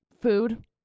food